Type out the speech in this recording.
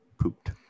pooped